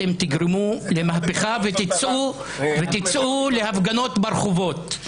אתם תגרמו למהפכה ותצאו להפגנות ברחובות.